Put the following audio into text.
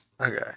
Okay